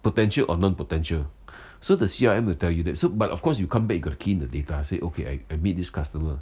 potential or non potential so the C_R_M will tell you that so but of course you can't ma~ you got to key in the data say okay I made this customer